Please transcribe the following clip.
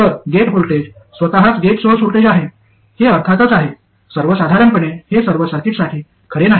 तर gate voltage स्वतःच gate source voltage आहे हे अर्थातच आहे सर्वसाधारणपणे हे सर्व सर्किटसाठी खरे नाही